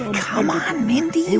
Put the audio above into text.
come on, mindy.